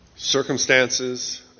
circumstances